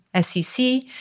SEC